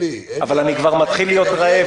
אני מתחיל להיות רעב,